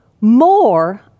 more